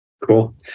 Cool